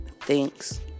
thanks